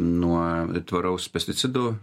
nuo tvaraus pesticidų